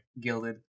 gilded